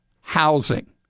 housing